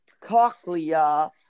Cochlea